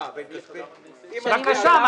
מה שתרצה תקבל.